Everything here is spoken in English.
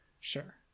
sure